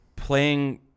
Playing